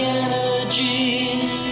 energy